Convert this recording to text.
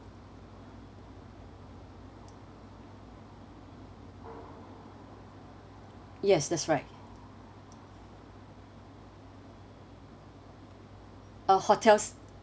yes that's right uh hotels